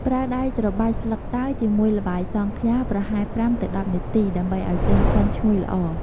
ប្រើដៃច្របាច់ស្លឹកតើយជាមួយល្បាយសង់ខ្យាប្រហែល ៥ ទៅ ១០ នាទី ដើម្បីឲ្យចេញក្លិនឈ្ងុយល្អ។